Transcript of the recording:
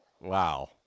wow